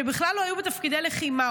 שבכלל לא היו בתפקידי לחימה,